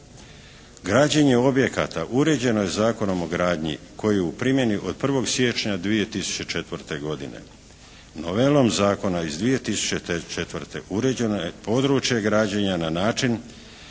Građenje objekata uređeno je Zakonom o gradnji koji je u primjeni od 1. siječnja 2004. godine. Novelom Zakona iz 2004. uređeno je područje građenja na način